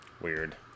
Weird